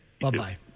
Bye-bye